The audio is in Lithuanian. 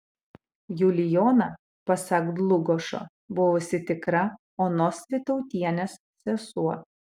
julijona pasak dlugošo buvusi tikra onos vytautienės sesuo